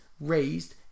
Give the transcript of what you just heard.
raised